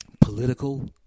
political